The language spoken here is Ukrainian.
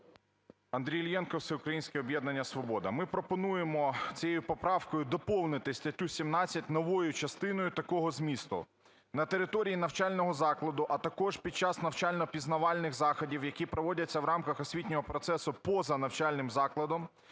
Андрій Іллєнко, Всеукраїнське об'єднання "Свобода". Ми пропонуємо цією поправкою доповнити статтю 17 новою частиною такого змісту: "На території навчального закладу, а також під час навчально-пізнавальних заходів, які проводяться в рамках освітнього процесу поза навчальним закладом,